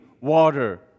water